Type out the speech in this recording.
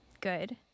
Good